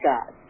God